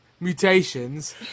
mutations